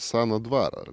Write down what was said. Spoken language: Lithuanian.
seną dvarą